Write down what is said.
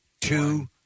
two